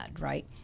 right